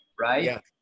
Right